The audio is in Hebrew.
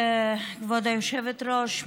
כבוד היושבת-ראש,